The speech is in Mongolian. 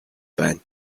байна